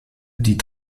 die